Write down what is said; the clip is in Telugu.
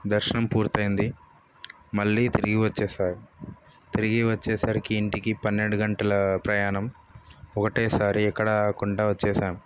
దర్శనం పూర్తయింది మళ్ళీ తిరిగి వచ్చేసారు తిరిగి వచ్చేసరికి ఇంటికి పన్నెండు గంటల ప్రయాణం ఒకటేసారి ఎక్కడ ఆగకుండా వచ్చేసాము